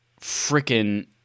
freaking